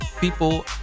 people